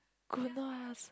goodness